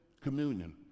communion